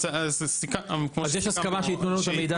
אז יש הסכמה שייתנו לנו את המידע?